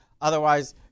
otherwise